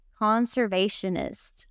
conservationist